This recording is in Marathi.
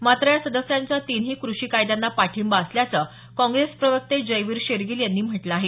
मात्र या सदस्यांचा तिन्ही कृषी कायद्यांना पाठिंबा असल्याचं काँग्रेस प्रवक्ते जयवीर शेरगील यांनी म्हटलं आहे